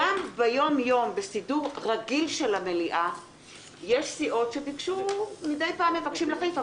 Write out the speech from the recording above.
גם ביום-יום בסידור רגיל של המליאה יש סיעות שמבקשות מדי פעם להחליף.